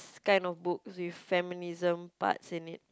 ~s kind of book with feminism parts in it